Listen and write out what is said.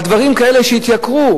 על דברים כאלה שהתייקרו,